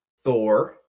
thor